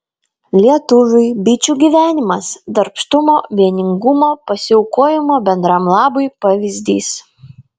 lietuviui bičių gyvenimas darbštumo vieningumo pasiaukojimo bendram labui pavyzdys